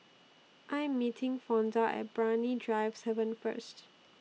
I Am meeting Fonda At Brani Drive seven First